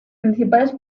principales